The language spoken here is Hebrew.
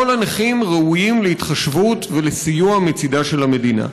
כל הנכים ראויים להתחשבות ולסיוע מצידה של המדינה,